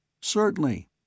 Certainly